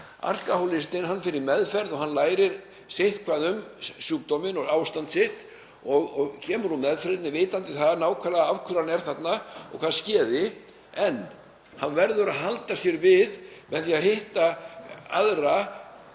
Alkóhólistinn fer í meðferð og lærir sitthvað um sjúkdóminn og ástand sitt og kemur úr meðferðinni vitandi nákvæmlega af hverju hann er þarna og hvað skeði. En hann verður að halda sér við með því að hitta aðra